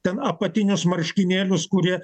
ten apatinius marškinėlius kurie